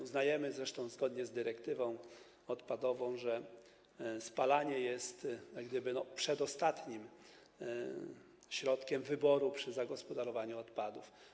Uznajemy, zresztą zgodnie z dyrektywą odpadową, że spalanie jest przedostatnim środkiem wyboru przy zagospodarowaniu odpadów.